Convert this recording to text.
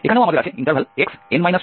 এখানেও আমাদের আছে xn 2xn